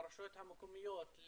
לרשויות המקומיות,